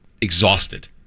exhausted